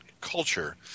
culture